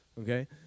okay